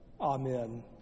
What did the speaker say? Amen